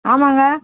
ஆமாங்க